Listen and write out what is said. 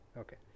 Okay